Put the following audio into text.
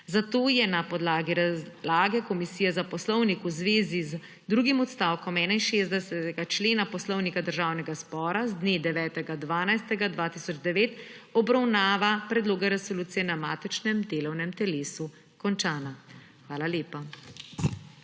Zato je na podlagi razlage Komisije za poslovnik v zvezi z drugim odstavkom 61. člena Poslovnika Državnega zbora z dne 9. 12. 2009 obravnava predloga resolucije na matičnem delovnem telesu končana. Hvala lepa.